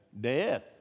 Death